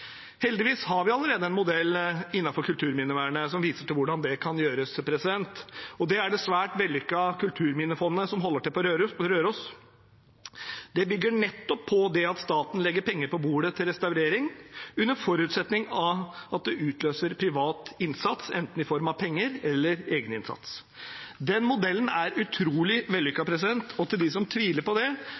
Heldigvis har vi allerede en modell innenfor kulturminnevernet som viser hvordan dette kan gjøres, og det er det svært vellykkete Kulturminnefondet, som holder til på Røros. Det bygger nettopp på at staten legger penger på bordet til restaurering, under forutsetning av at det utløser privat innsats enten i form av penger eller egeninnsats. Den modellen er utrolig vellykket, og til de som tviler på det,